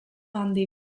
handi